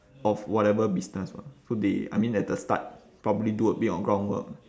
of whatever business [what] so they I mean at the start probably do a bit of ground work